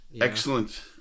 Excellent